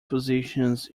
positions